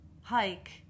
hike